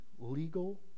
legal